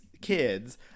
kids